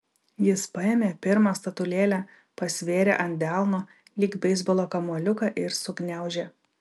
jis paėmė pirmą statulėlę pasvėrė ant delno lyg beisbolo kamuoliuką ir sugniaužė